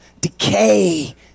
decay